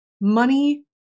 money